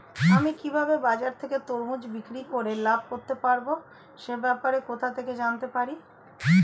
আমি কিভাবে বাজার থেকে তরমুজ বিক্রি করে লাভ করতে পারব সে ব্যাপারে কোথা থেকে জানতে পারি?